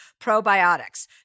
probiotics